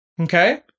Okay